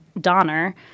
Donner